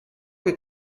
che